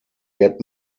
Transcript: get